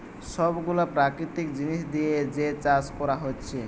সব গুলা প্রাকৃতিক জিনিস দিয়ে যে চাষ কোরা হচ্ছে